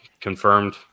confirmed